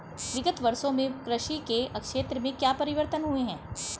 विगत वर्षों में कृषि के क्षेत्र में क्या परिवर्तन हुए हैं?